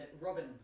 Robin